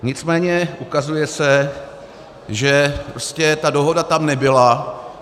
Nicméně ukazuje se, že ta dohoda tam nebyla.